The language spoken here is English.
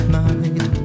night